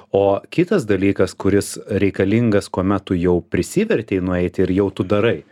o kitas dalykas kuris reikalingas kuomet tu jau prisivertei nueiti ir jau tu darai